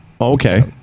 okay